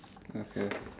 okay